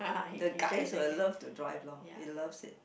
the guys will love to drive lor he loves it